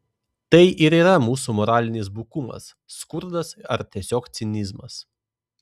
tai ir yra mūsų moralinis bukumas skurdas ar tiesiog cinizmas